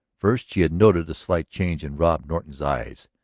first she had noted a slight change in rod norton's eyes,